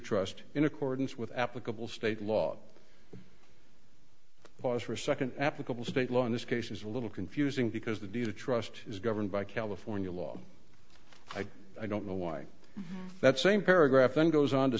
trust in accordance with applicable state law was for second applicable state law in this case is a little confusing because the deed of trust is governed by california law i guess i don't know why that same paragraph then goes on to